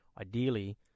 ideally